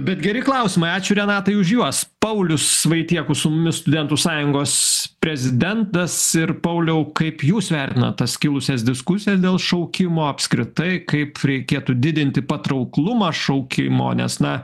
bet geri klausimai ačiū renatai už juos paulius vaitiekus su mumis studentų sąjungos prezidentas ir pauliau kaip jūs vertinat tas kilusias diskusijas dėl šaukimo apskritai kaip reikėtų didinti patrauklumą šaukimo nes na